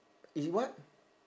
he what